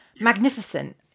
magnificent